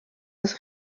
bis